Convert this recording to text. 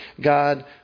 God